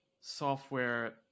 software